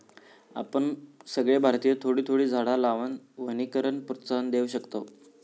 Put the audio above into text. आपण सगळे भारतीय थोडी थोडी झाडा लावान वनीकरणाक प्रोत्साहन देव शकतव